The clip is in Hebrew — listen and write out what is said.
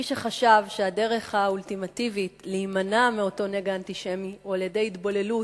מי שחשב שהדרך האולטימטיבית להימנע מאותו נגע אנטישמי היא התבוללות,